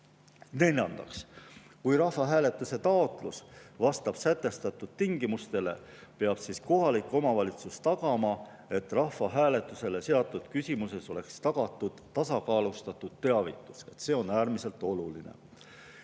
Neljandaks, kui rahvahääletuse taotlus vastab sätestatud tingimustele, peab kohalik omavalitsus tagama, et rahvahääletusele seatud küsimuses oleks tagatud tasakaalustatud teavitus. See on äärmiselt oluline.